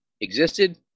existed